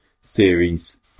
series